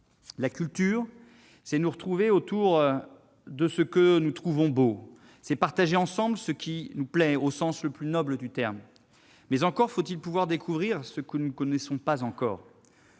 La culture, c'est nous retrouver autour de ce que nous trouvons beau. C'est partager ce qui nous plaît, au sens le plus noble du terme. Mais encore faut-il pouvoir aller au-delà de ce que nous connaissons ; découvrir